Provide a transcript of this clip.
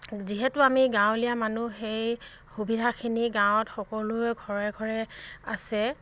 যিহেতু আমি গাঁৱলীয়া মানুহ সেই সুবিধাখিনি গাঁৱত সকলোৱে ঘৰে ঘৰে আছে